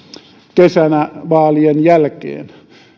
kesänä vaalien jälkeen